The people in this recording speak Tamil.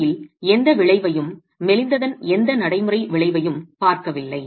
உண்மையில் எந்த விளைவையும் மெலிந்ததன் எந்த நடைமுறை விளைவையும் பார்க்கவில்லை